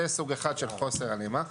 זה סוג אחד של חוסר הלימה.